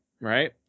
right